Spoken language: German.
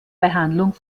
behandlung